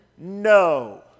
No